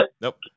Nope